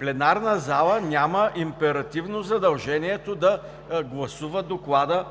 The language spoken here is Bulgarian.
Пленарната зала няма императивно задължението да гласува доклада